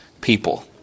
people